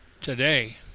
Today